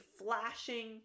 flashing